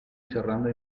cerrando